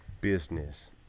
business